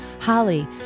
Holly